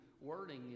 wording